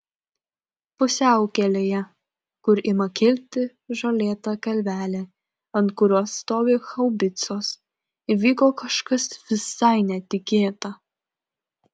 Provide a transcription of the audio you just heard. pusiaukelėje kur ima kilti žolėta kalvelė ant kurios stovi haubicos įvyko kažkas visai netikėta